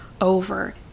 over